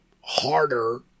harder